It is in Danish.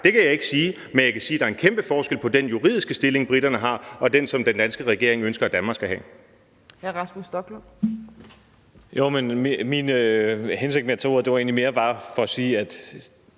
ej, kan jeg ikke sige, men jeg kan sige, at der er kæmpe forskel på den juridiske stilling, briterne har, og den, som den danske regering ønsker at Danmark skal have.